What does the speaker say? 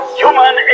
human